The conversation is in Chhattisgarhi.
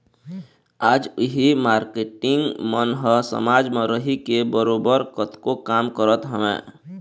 आज उही मारकेटिंग मन ह समाज म रहिके बरोबर कतको काम करत हवँय